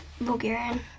Bulgarian